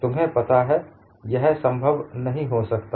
तुम्हें पता है यह संभव नहीं हो सकता